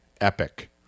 epic